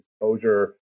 exposure